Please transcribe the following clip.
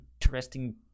interesting